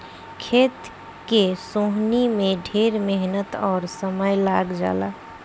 खेत के सोहनी में ढेर मेहनत अउर समय लाग जला